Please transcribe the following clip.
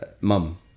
mum